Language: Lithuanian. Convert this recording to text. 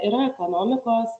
yra ekonomikos